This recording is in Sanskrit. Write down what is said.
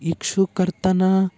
इक्षुकर्तनम्